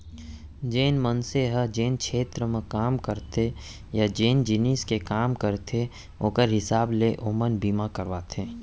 जेन मनसे ह जेन छेत्र म काम करथे या जेन जिनिस के काम करथे ओकर हिसाब ले ओमन बीमा करवाथें